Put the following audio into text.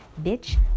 bitch